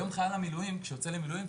היום חייל המילואים כשהוא יוצא למילואים,